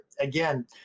again